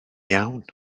iawn